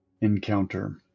encounter